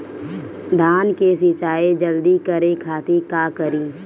धान के सिंचाई जल्दी करे खातिर का करी?